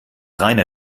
rainer